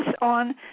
on